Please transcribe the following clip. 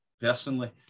personally